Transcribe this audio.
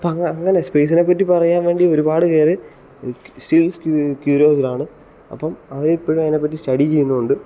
ഇപ്പോൾ അങ്ങനെ സ്പേസിനെ പറ്റി പറയാൻ വേണ്ടി ഒരുപാട് പേര് സ്റ്റിൽ ക്യൂരിയോസ്ഡാണ് അപ്പം അവർ ഇപ്പോഴും അതിനെപ്പറ്റി സ്റ്റഡി ചെയ്യുന്നുണ്ട്